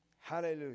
Hallelujah